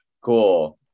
Cool